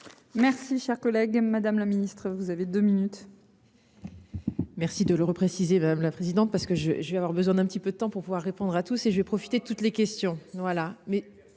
Merci cher collègue. Madame le Ministre vous avez 2 minutes. Merci de le repréciser madame la présidente. Parce que je, je vais avoir besoin d'un petit peu de temps pour pouvoir répondre à tous et j'ai profiter de toutes les questions.